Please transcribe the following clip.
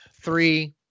three